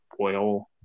oil